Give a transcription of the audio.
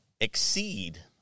exceed